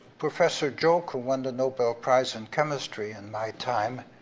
professor giauque, who won the nobel prize in chemistry in my time,